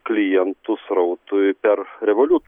klientų srautui per revolut